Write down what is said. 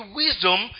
wisdom